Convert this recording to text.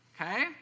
Okay